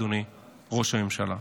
אדוני ראש הממשלה.